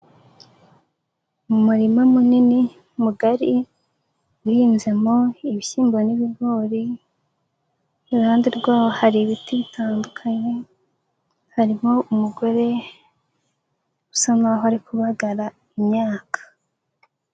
Mu murima munini mugari, uhinzemo ibishyimbo n'ibigori, iruhande rwaho hari ibiti bitandukanye, harimo umugore usa naho ari kubagara imyaka.